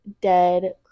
dead